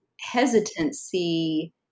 hesitancy